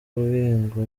ngo